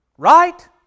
Right